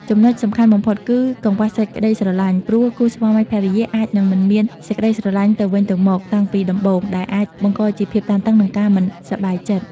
ចំណុចសំខាន់បំផុត គឺ កង្វះសេចក្តីស្នេហា ព្រោះគូស្វាមីភរិយាអាចនឹងមិនមានសេចក្តីស្រលាញ់ទៅវិញទៅមកតាំងពីដំបូង ដែលអាចបង្កជាភាពតានតឹង និងការមិនសប្បាយចិត្ត។